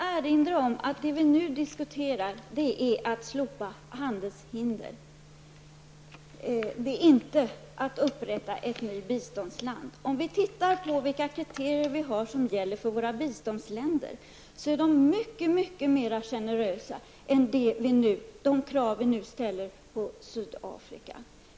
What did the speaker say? Fru talman! Vad vi nu diskuterar är frågan om ett slopande av handelshindren -- inte att upprätta ett nytt biståndsland. De kriterier som gäller för våra biståndsländer är mycket mer generösa än de krav vi nu ställer på Sydafrika.